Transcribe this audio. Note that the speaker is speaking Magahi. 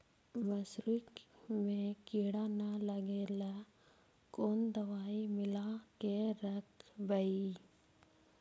मसुरी मे किड़ा न लगे ल कोन दवाई मिला के रखबई?